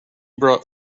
brought